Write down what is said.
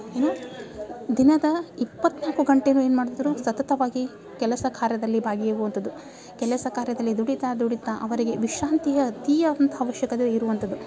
ಏನು ದಿನದ ಇಪ್ಪತ್ನಾಲ್ಕು ಗಂಟೇನು ಏನು ಮಾಡ್ತಿದ್ದರು ಸತತವಾಗಿ ಕೆಲಸ ಕಾರ್ಯದಲ್ಲಿ ಭಾಗಿಯಾಗುವಂಥದ್ದು ಕೆಲಸ ಕಾರ್ಯದಲ್ಲಿ ದುಡಿತ ದುಡಿತ ಅವರಿಗೆ ವಿಶ್ರಾಂತಿಯ ಅತೀ ಆದಂಥ ಅವಶ್ಯಕತೆ ಇರುವಂಥದು